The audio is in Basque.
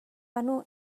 banu